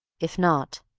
if not,